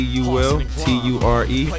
Culture